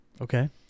Okay